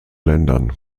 ländern